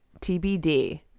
TBD